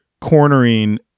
cornering